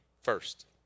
first